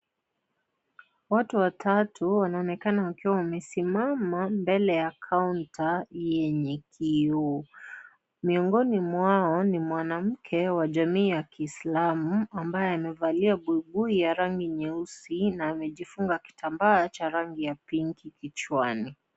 Watu watatu wanaonekana wakiwa wamesimama, mbele kaunta yenye kioo. Miongoni mwao, ni mwanamke wa jamii ya Kiislamu, ambaye amevalia buibui ya rangi nyeusi na amejifunga kitambaa cha rangi ya pinki kichwani.